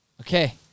okay